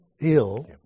ill